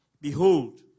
Behold